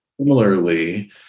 Similarly